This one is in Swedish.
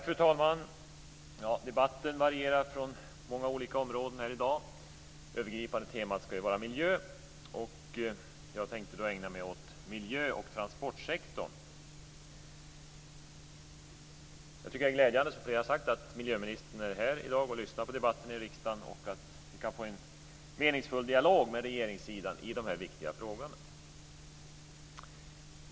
Fru talman! Debatten varierar mellan olika områden i dag. Det övergripande temat ska ju vara miljö, och jag tänkte då ägna mig åt miljö och transportsektorn. Det är glädjande att miljöministern är här i kammaren dag och lyssnar på debatten och att vi kan få en meningsfull dialog med regeringen i dessa frågor.